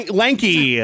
lanky